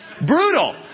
Brutal